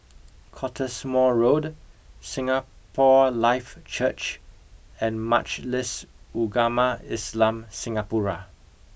Cottesmore Road Singapore Life Church and Majlis Ugama Islam Singapura